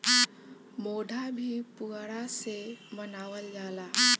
मोढ़ा भी पुअरा से बनावल जाला